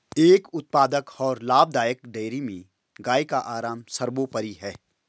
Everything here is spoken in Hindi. एक उत्पादक और लाभदायक डेयरी में गाय का आराम सर्वोपरि है